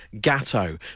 Gatto